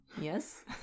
yes